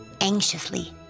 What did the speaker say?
Anxiously